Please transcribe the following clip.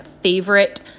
favorite